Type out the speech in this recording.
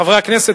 חברי הכנסת,